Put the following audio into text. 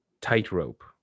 Tightrope